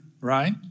right